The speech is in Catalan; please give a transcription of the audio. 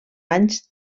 anys